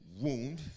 Wound